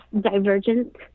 Divergent